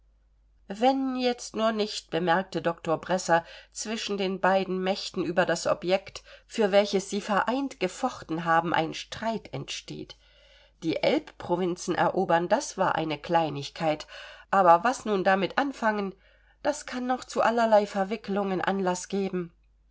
wenn jetzt nur nicht bemerkte doktor bresser zwischen den beiden mächten über das objekt für welches sie vereint gefochten haben ein streit entsteht die elbprovinzen erobern das war eine kleinigkeit aber was nun damit anfangen das kann noch zu allerlei verwickelungen anlaß geben